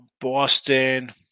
Boston